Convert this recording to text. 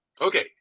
Okay